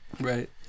right